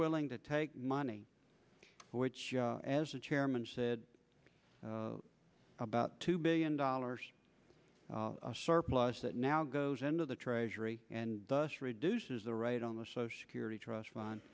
willing to take money which as the chairman said about two billion dollars a surplus that now goes into the treasury and thus reduces the right on the social security trust fun